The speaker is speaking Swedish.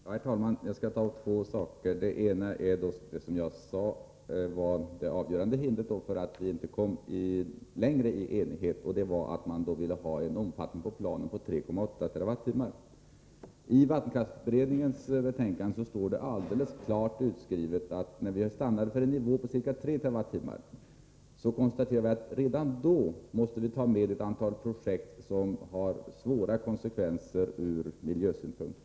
Herr talman! Jag skall ta upp två saker. Den ena är, som jag sade, det avgörande hindret för att vi inte nådde större enighet, nämligen att man ville att planen skulle omfatta 3,8 TWh. I vattenkraftsberedningens betänkande står det alldeles klart utskrivet att om vi stannar för en nivå på 3 TWh, måste vi redan då räkna med ett antal projekt som får svåra konsekvenser ur miljösynpunkt.